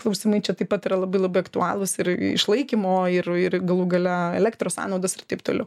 klausimai čia taip pat yra labai labai aktualūs ir išlaikymo ir ir galų gale elektros sąnaudos ir taip toliau